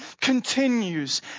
continues